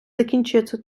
закінчується